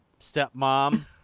stepmom